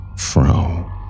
Fro